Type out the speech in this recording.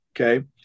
okay